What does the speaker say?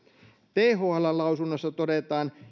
thln lausunnossa todetaan